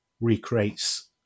recreates